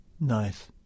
Nice